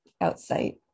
outside